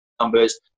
numbers